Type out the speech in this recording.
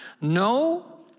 No